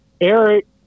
Eric